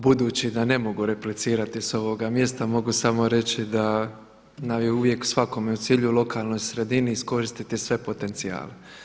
Budući da ne mogu replicirati sa ovoga mjesta mogu samo reći da nam je uvijek svakome u cilju lokalnoj sredini iskoristiti sve potencijale.